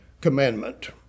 commandment